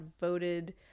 voted